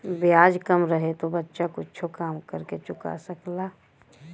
ब्याज कम रहे तो बच्चा कुच्छो काम कर के चुका सकला